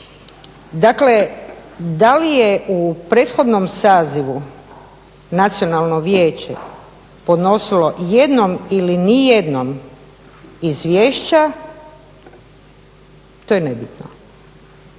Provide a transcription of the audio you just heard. Dakle, da li je u prethodnom sazivu Nacionalno vijeće podnosilo jednom ili ni jednom izvješća to je nebitno.